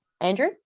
Andrew